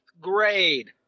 grade